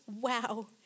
wow